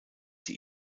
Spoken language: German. die